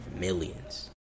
millions